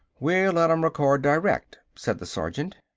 we'll let em record direct, said the sergeant.